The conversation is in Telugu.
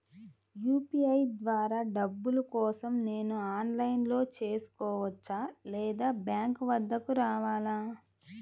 యూ.పీ.ఐ ద్వారా డబ్బులు కోసం నేను ఆన్లైన్లో చేసుకోవచ్చా? లేదా బ్యాంక్ వద్దకు రావాలా?